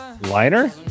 Liner